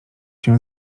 się